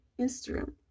instagram